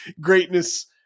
greatness